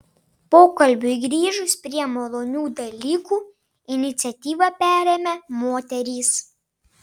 pokalbiui grįžus prie malonių dalykų iniciatyvą perėmė moterys